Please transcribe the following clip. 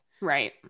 Right